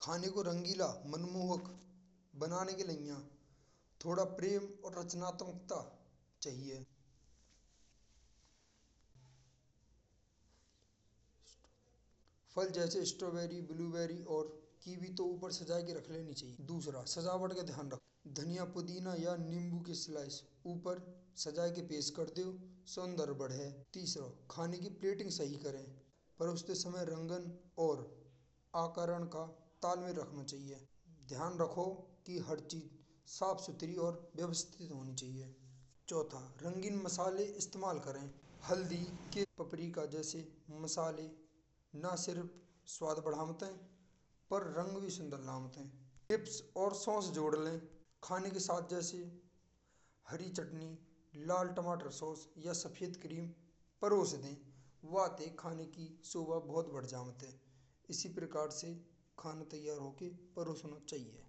खाने को रंगीला मनोरम बनाने के लिए थोड़ा प्रेम और रचनात्मकता चाहिये। फल जैसे स्ट्रॉबेरी ब्लूबेरी और टेलीविजन तो ऊपर सजा के रख लेनी चाहिये। दूसरा सजावट के ध्यान रख दुनिया पुदीना या नींबू की स्लाइस ऊपर सजा के पेश कर दो। सुंदर बड़े तीसरा खाने की प्लेटिंग सही करें और उसके समय रंग और आकार का तालव्य रखना चाहिये। ध्यान रखो कि हर चीज साफ सुथरी और व्यवस्थित होनी चाहिए। चौथा: रंगीन मसाला इस्तेमाल करे। हल्दी के पापड़ी का जैसे सारे न केवल स्वाद बढ़ामत है। पर रंग भी सुंदर लमत है। टिप्स और सॉस जोड़ ले। खाने के साथ जैसे लाल टमाटर सॉस या सफेद क्रीम पर और नहीं। इस प्रकार से खाने तैयार होकर प्रस्तुति चाहिये।